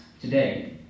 today